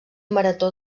marató